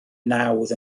nawdd